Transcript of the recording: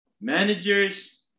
managers